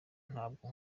ntabwo